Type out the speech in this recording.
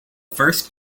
first